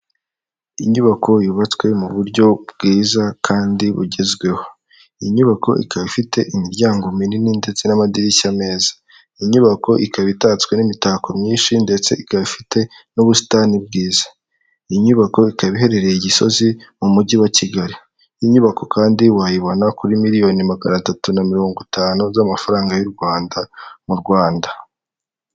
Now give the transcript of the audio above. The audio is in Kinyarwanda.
Inyubako yubatswe mu buryo bwiza kandi bugezweho, iyi nyubako ikaba ifite imiryango minini ndetse n'amadirishya meza, inyubako ikaba itatswe n'imitako myinshi, ndetse ikaba ifite n'ubusitani bwiza, iyi nyubako ikaba iherereye i Gisozi mu mujyi wa Kigali, inyubako kandi wayibona kuri miliyoni magana atatu na mirongo itanu z'amafaranga y'u Rwanda mu Rwanda.